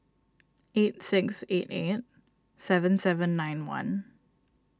eight six eight eight seven seven nine one